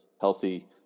healthy